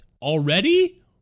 already